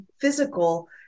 physical